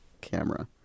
camera